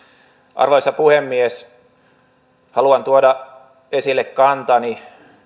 arvoisa puhemies haluan tuoda esille kantani